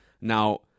now